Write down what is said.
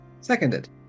Seconded